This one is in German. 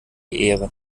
ehre